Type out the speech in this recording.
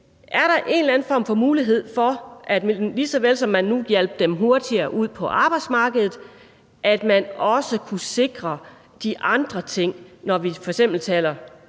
Er der en eller anden form for mulighed for – ligesom man hjalp dem hurtigere ud på arbejdsmarkedet – at man også kunne sikre de andre ting? Det er f.eks., når